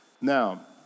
Now